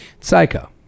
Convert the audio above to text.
Psycho